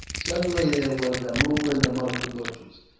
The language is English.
suddenly there was a movement among the bushes.